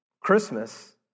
Christmas